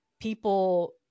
people